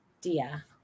Dia